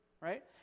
right